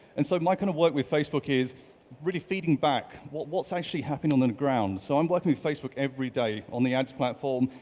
and so my kind of work with facebook is really feeding back what's actually happening on the ground. so i'm working with facebook every day on the ads platform.